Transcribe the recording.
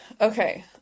Okay